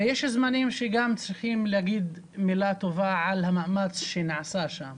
ויש זמנים שגם צריך להגיד מילה טובה על המאמץ שנעשה שם.